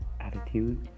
attitude